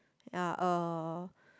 ya um